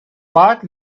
part